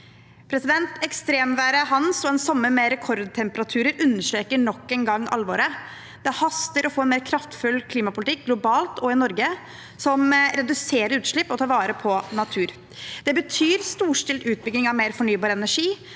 Ekstremværet «Hans» og en sommer med rekordtemperaturer understreker nok en gang alvoret. Det haster med å få en mer kraftfull klimapolitikk, globalt og i Norge, som reduserer utslipp og tar vare på natur. Det betyr en storstilt utbygging av mer fornybar energi,